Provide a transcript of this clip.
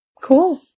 Cool